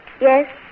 Yes